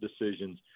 decisions